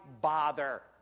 bother